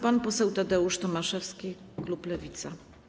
Pan poseł Tadeusz Tomaszewski, klub Lewica.